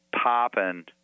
popping